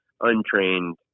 untrained